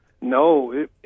No